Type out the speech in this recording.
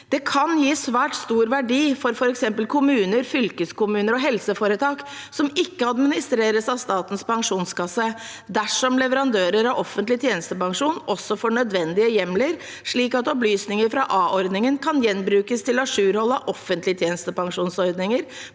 Det kan gi svært stor verdi for f.eks. kommuner, fylkeskommuner og helseforetak, som ikke administreres av Statens pensjonskasse, dersom leverandører av offentlig tjenestepensjon også får nødvendige hjemler, slik at opplysninger fra a-ordningen kan gjenbrukes til ajourhold av offentlige tjenestepensjonsordninger,